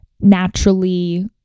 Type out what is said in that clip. naturally